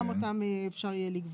כך שגם אותם אפשר יהיה לגבות.